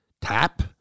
tap